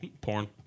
Porn